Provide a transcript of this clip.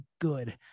good